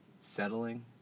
settling